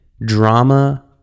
drama